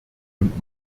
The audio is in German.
und